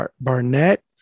Barnett